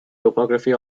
topography